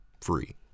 free